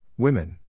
Women